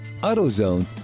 AutoZone